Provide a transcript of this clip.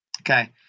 okay